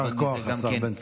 יישר כוח, השר בן צור.